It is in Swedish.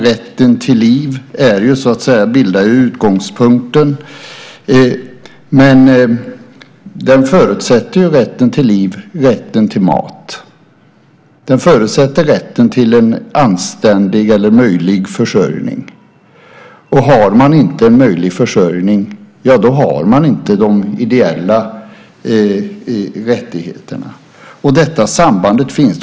Rätten till liv bildar ju utgångspunkten, men rätten till liv förutsätter rätten till mat. Den förutsätter rätten till en anständig eller möjlig försörjning. Har man inte en möjlig försörjning har man inte de ideella rättigheterna. Detta samband finns.